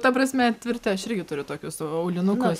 ta prasme tvirti aš irgi turiu tokius aulinukus